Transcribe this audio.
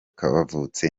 kavutse